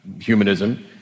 humanism